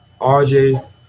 RJ